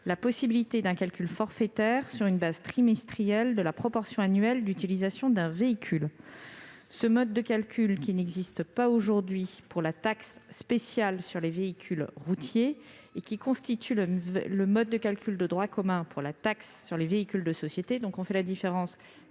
la possibilité d'un calcul forfaitaire, sur une base trimestrielle, de la proportion annuelle d'utilisation d'un véhicule. Ce mode de calcul, qui n'existe pas aujourd'hui pour la taxe spéciale sur certains véhicules routiers et qui constitue le mode de calcul de droit commun pour la taxe sur les véhicules des sociétés, devient optionnel